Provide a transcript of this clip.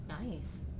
Nice